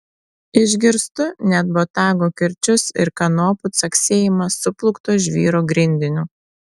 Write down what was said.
išgirstu net botago kirčius ir kanopų caksėjimą suplūkto žvyro grindiniu